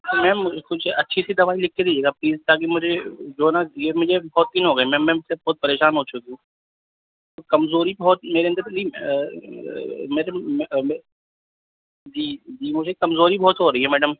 تو میم کچھ اچھی سی دوائی لکھ کے دیجیے گا پلیز تاکہ مجھے جو ہے نا یہ مجھے بہت دن ہو گئے میم میں بہت پریشان ہو چکی ہوں کمزوری بہت میرے اندر جی مجھے کمزوری بہت ہو رہی ہے میڈم